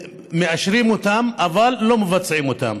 מאשרים אותן, אבל לא מבצעים אותן.